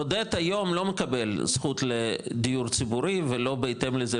בודד היום לא מקבל זכות לדיור ציבורי ולא בהתאם לזה,